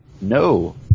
No